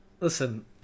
Listen